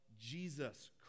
Jesus